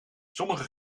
sommige